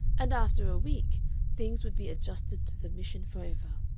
and after a week things would be adjusted to submission forever.